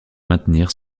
maintenir